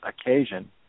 occasion